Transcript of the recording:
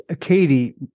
Katie